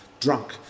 drunk